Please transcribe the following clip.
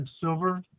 silver